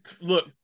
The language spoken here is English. Look